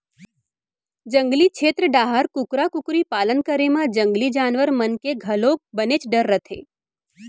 जंगली छेत्र डाहर कुकरा कुकरी पालन करे म जंगली जानवर मन के घलोक बनेच डर रथे